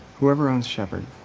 whoever owns shepherd.